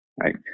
right